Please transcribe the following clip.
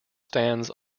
stands